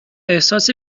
احساس